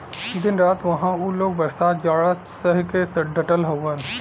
दिन रात उहां उ लोग बरसात जाड़ा सह के डटल हउवन